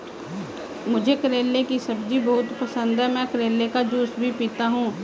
मुझे करेले की सब्जी बहुत पसंद है, मैं करेले का जूस भी पीता हूं